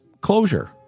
closure